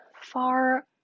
far